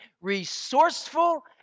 resourceful